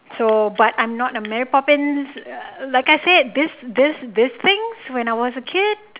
so but I'm not a mary poppins like I said this this this things when I was a kid